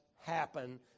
happen